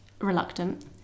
reluctant